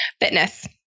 Fitness